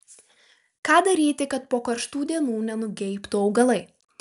ką daryti kad po karštų dienų nenugeibtų augalai